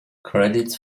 credits